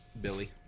Billy